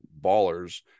ballers